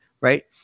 right